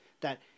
that-